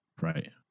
Right